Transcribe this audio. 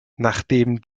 nachdem